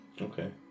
Okay